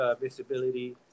visibility